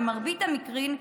במרבית המקרים,